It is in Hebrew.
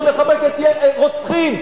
שמחבקת רוצחים,